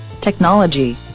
Technology